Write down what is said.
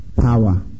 power